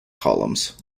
columns